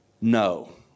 no